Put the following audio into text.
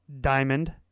Diamond